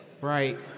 right